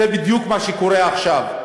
זה בדיוק מה שקורה עכשיו.